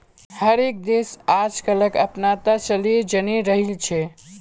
हर एक देश आजकलक अपनाता चलयें जन्य रहिल छे